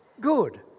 good